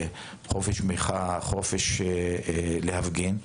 חופש המחאה ואת החופש להפגין.